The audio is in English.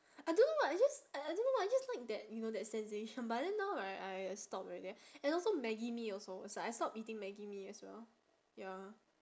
I don't know what I just I I don't know what I just like that you know that sensation but then now right I stop already and also Maggi mee also it's like I stop eating Maggi mee as well ya